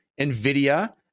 nvidia